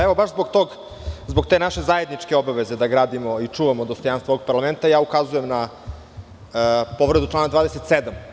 Evo baš zbog te naše zajedničke obaveze da gradimo i čuvamo dostojanstvo ovog parlamenta ukazujem na povredu člana 27.